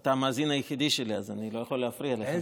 אתה המאזין היחיד שלי, אז אני לא יכול להפריע לך.